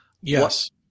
Yes